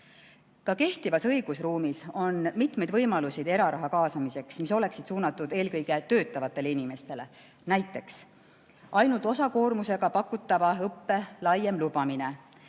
Ka kehtivas õigusruumis on mitmeid võimalusi eraraha kaasamiseks, mis oleksid suunatud eelkõige töötavatele inimestele. Näiteks võib tuua ainult osakoormusega pakutava õppe laiema lubamise.